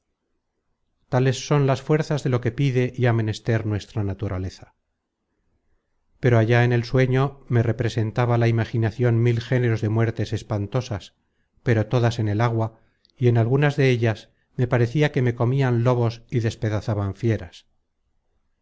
tales son las fuerzas de lo que pide y ha menester nuestra naturaleza pero allá en el sueño me representaba la imaginacion mil géneros de muertes espantosas pero todas en el agua y en algunas dellas me parecia que me comian lobos y despedazaban fieras